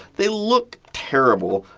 they look terrible.